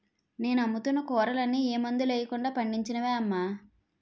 నేను అమ్ముతున్న కూరలన్నీ ఏ మందులెయ్యకుండా పండించినవే అమ్మా